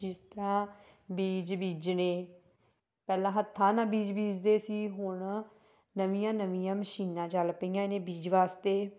ਜਿਸ ਤਰ੍ਹਾਂ ਬੀਜ ਬੀਜਣੇ ਪਹਿਲਾਂ ਹੱਥਾਂ ਨਾਲ ਬੀਜ ਬੀਜਦੇ ਸੀ ਹੁਣ ਨਵੀਆਂ ਨਵੀਆਂ ਮਸ਼ੀਨਾਂ ਚੱਲ ਪਈਆਂ ਨੇ ਬੀਜ ਵਾਸਤੇ